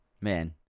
Man